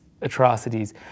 atrocities